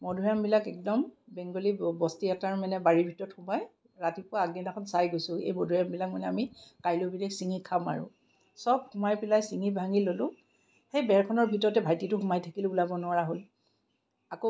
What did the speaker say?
মধুৰীআমবিলাক একদম বেংগোলী বস্তি এটাৰ মানে বাৰীৰ ভিতৰত সোমাই ৰাতিপুৱা আগদিনাখন চাই গৈছোঁ এই মধুৰীআমবিলাক মানে আমি কাইলৈ ছিঙি খাম আৰু চব সোমাই পেলাই ছিঙি ভাঙি ল'লোঁ সেই বেৰখনৰ ভিতৰতে ভাইটিটো সোমাই থাকিল ওলাব নোৱাৰা হ'ল